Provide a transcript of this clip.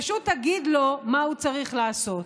פשוט תגיד לו מה הוא צריך לעשות.